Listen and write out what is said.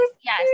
Yes